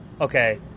okay